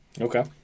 okay